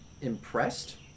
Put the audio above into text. impressed